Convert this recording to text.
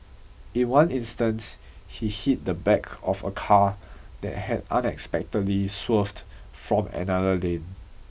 in one instance he hit the back of a car that had unexpectedly swerved from another lane